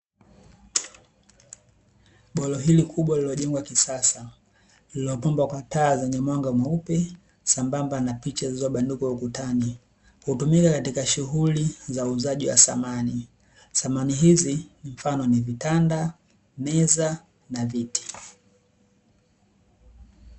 Bwalo hili kubwa lililojengwa kisasa lililopambwa kwa taa zenye mwanga mweupe sambamba na picha zilizobandikwa ukutani, hutumika katika shughuli za uuzaji wa samani. Samani hizi mfano ni: vitanda, meza na viti.